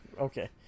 Okay